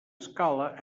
escala